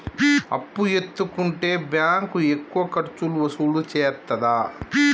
అప్పు ఎత్తుకుంటే బ్యాంకు ఎక్కువ ఖర్చులు వసూలు చేత్తదా?